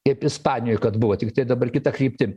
kaip ispanijoj kad buvo tiktai dabar kita kryptim